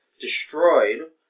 destroyed